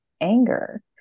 anger